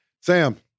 Sam